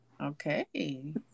Okay